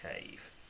cave